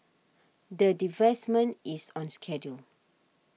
the divestment is on schedule